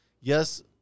Yes